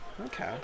Okay